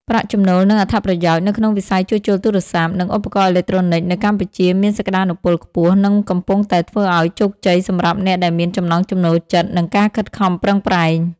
ប្រាក់ចំណូល និងអត្ថប្រយោជន៍នៅក្នុងវិស័យជួសជុលទូរស័ព្ទ និងឧបករណ៍អេឡិចត្រូនិចនៅកម្ពុជាមានសក្តានុពលខ្ពស់ និងកំពុងតែធ្វើឲ្យជោគជ័យសម្រាប់អ្នកដែលមានចំណង់ចំណូលចិត្ត និងការខិតខំប្រឹងប្រែង។